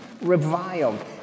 reviled